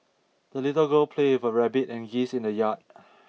the little girl played with her rabbit and geese in the yard